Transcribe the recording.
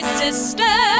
sister